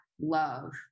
love